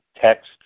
text